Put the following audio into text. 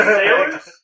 sailors